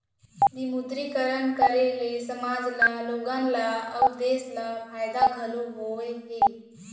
विमुद्रीकरन करे ले समाज ल लोगन ल अउ देस ल फायदा घलौ होय हे